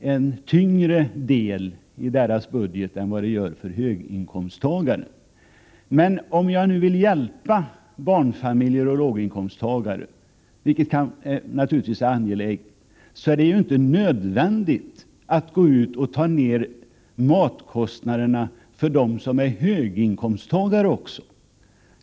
en tyngre del i deras budget än för höginkomsttagare. Men om man nu vill hjälpa barnfamiljer och låginkomsttagare — vilket naturligtvis är angeläget — så är det inte nödvändigt att dra ned matkostnaderna också för dem som är höginkomsttagare.